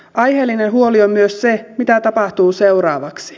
aiheellinen huoli on myös se mitä tapahtuu seuraavaksi